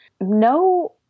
no